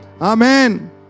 Amen